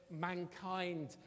mankind